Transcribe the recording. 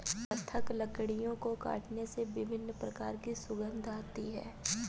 पृथक लकड़ियों को काटने से विभिन्न प्रकार की सुगंध आती है